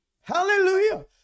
Hallelujah